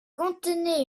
contenaient